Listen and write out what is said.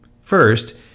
First